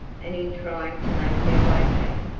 and in trying to make their way back,